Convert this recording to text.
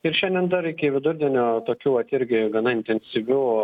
ir šiandien dar iki vidurdienio tokių vat irgi gana intensyvių